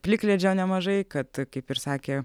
plikledžio nemažai kad kaip ir sakė